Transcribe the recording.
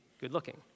Good-looking